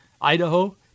Idaho